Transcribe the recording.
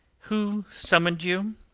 who summoned you?